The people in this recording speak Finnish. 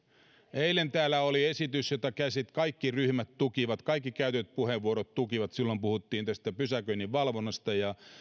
eilen täällä oli esitys jota kaikki ryhmät tukivat kaikki käytetyt puheenvuorot tukivat silloin puhuttiin tästä pysäköinnin valvonnasta ja